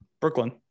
Brooklyn